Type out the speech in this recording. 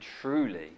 truly